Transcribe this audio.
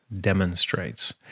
demonstrates